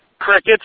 Crickets